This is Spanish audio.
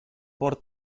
por